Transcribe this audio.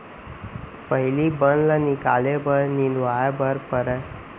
पहिली बन ल निकाले बर निंदवाए बर परय